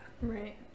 Right